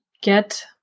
get